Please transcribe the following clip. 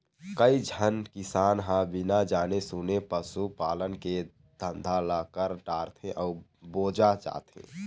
कइझन किसान ह बिना जाने सूने पसू पालन के धंधा ल कर डारथे अउ बोजा जाथे